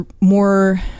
more